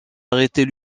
arrêter